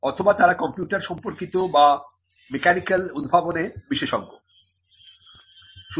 অথবা তারা কম্পিউটার সম্পর্কিত বা মেকানিক্যাল উদ্ভাবনে বিশেষজ্ঞ হতে পারে